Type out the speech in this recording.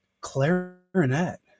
clarinet